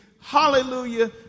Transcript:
Hallelujah